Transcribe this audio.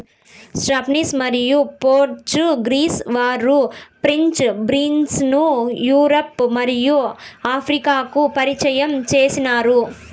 Spanish మరియు Portuguese వారు French beans ను యూరప్ మరియు ఆఫ్రికాకు పరిచయం చేసినారు